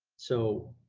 so,